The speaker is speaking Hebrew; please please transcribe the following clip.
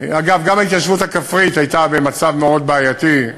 אגב, גם ההתיישבות הכפרית הייתה במצב מאוד בעייתי.